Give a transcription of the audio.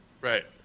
Right